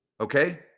Okay